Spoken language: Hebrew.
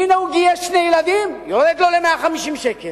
הנה, הוא גייס שני ילדים, יורד לו ל-150 שקלים,